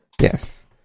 Yes